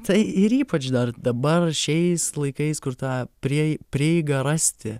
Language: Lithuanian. tai ir ypač dar dabar šiais laikais kur tą priei prieigą rasti